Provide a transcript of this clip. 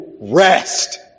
rest